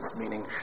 meaning